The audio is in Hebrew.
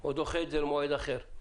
או דוחה את זה למועד אחר.